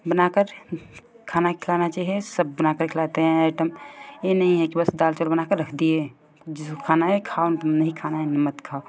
बना कर खाना खिलाना चाहिए सब बना कर खिलाते हैं आइटम ये नहीं है कि दाल चावल बना कर रख दिये जिसको खाना है खाओ नहीं खाना है मत खाओ